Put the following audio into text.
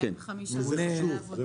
זה חשוב.